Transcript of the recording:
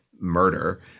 murder